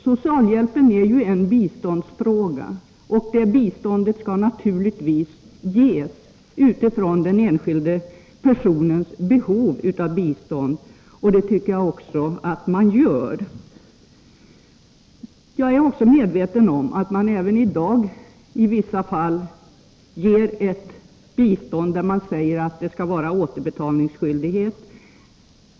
Socialhjälp är ju ett slags bistånd, och bistånd skall naturligtvis ges utifrån den enskilde personens behov av bistånd, och det tycker jag att man gör. Jag är också medveten om att man i dag i vissa fall ger bistånd, där man säger att det skall föreligga återbetalningsskyldighet.